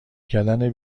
کردن